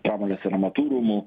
pramonės ir amatų rūmų